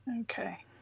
Okay